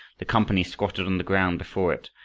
the company squatted on the ground before it,